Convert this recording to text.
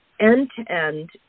end-to-end